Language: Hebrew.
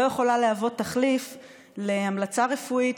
היא לא יכולה להוות תחליף להמלצה רפואית,